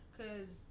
cause